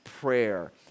prayer